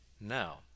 now